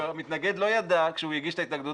שהמתנגד לא ידע כשהוא הגיש את ההתנגדות